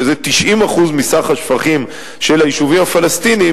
שזה 90% מסך השפכים של היישובים הפלסטיניים,